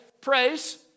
Praise